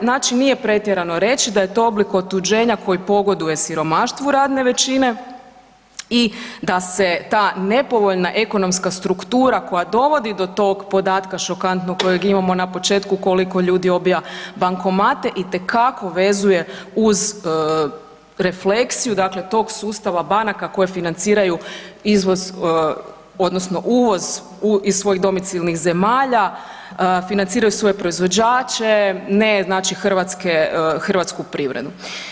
Znači nije pretjerano reći da je to oblik otuđenja koji pogoduje siromaštvu radne većine i da se ta nepovoljna ekonomska struktura koja dovodi do tog podatka šokantnog koje imamo na početku koliko ljudi obija bankomate itekako vezuje uz refleksiju dakle tog sustava banaka koje financiraju izvoz odnosno uvoz iz svojih domicilnih zemalja, financiraju svoje proizvođače ne znači hrvatske, hrvatsku privredu.